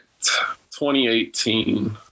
2018